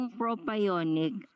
propionic